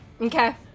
Okay